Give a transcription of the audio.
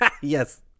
yes